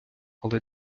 але